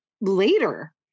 later